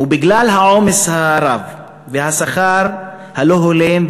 ובגלל העומס הרב והשכר הלא-הולם,